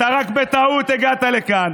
אתה רק בטעות הגעת לכאן.